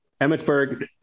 Emmitsburg